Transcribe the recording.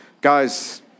Guys